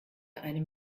einem